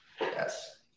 Yes